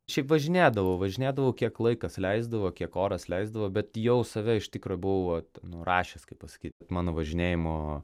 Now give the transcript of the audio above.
šiaip važinėdavau važinėdavau kiek laikas leisdavo kiek oras leisdavo bet jau save iš tikro buvau vat nurašęs kaip pasakyt mano važinėjimo